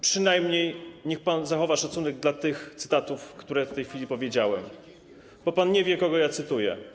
Przynajmniej niech pan zachowa szacunek dla tych cytatów, które w tej chwili przytoczyłem, bo pan nie wie, kogo ja cytuję.